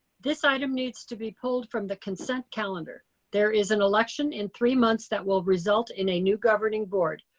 this item needs to be pulled from the consent calendar. there is an election in three months that will result in a new governing board.